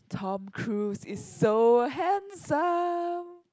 Tom Cruise is so handsome